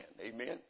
Amen